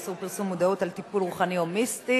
איסור פרסום מודעות על טיפול רוחני או מיסטי),